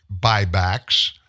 buybacks